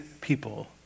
people